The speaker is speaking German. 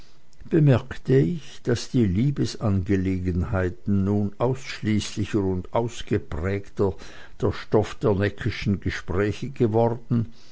bemerkte ich daß die liebesangelegenheiten nun ausschließlicher und ausgeprägter der stoff der neckischen gespräche geworden